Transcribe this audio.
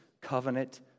covenant